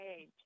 age